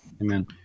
Amen